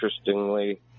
interestingly